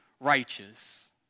righteous